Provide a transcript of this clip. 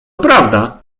prawda